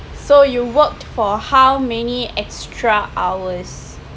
so you worked for how many extra hours